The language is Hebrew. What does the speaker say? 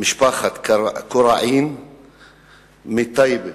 משפחת קוראעין מטייבה,